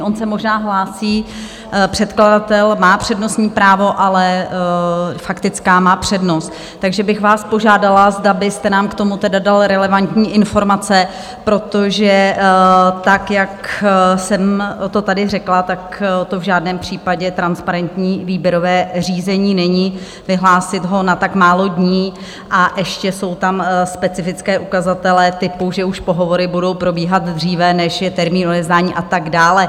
On se možná hlásí předkladatel, má přednostní právo, ale faktická má přednost, takže bych vás požádala, zda byste nám k tomu tedy dal relevantní informace, protože tak, jak jsem to tady řekla, to v žádném případě transparentní výběrové řízení není, vyhlásit ho na tak málo dní, a ještě jsou tam specifické ukazatele typu, že už pohovory budou probíhat dříve, než je termín odevzdání, a tak dále.